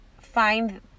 find